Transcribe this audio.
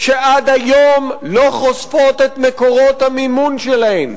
שעד היום לא חושפות את מקורות המימון שלהן.